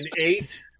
eight